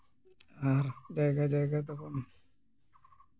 ᱟᱨ ᱡᱟᱭᱜᱟ ᱡᱟᱭᱜᱟ ᱫᱚᱵᱚᱱ